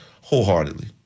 wholeheartedly